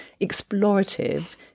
explorative